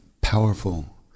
powerful